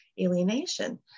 alienation